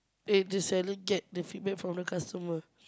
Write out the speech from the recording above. eh the seller get the feedback from the customer